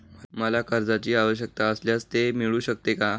मला कर्जांची आवश्यकता असल्यास ते मिळू शकते का?